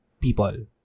people